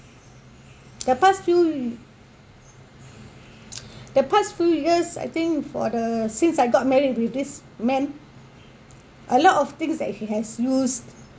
the past few the past few years I think for the since I got married with this man a lot of things that he has used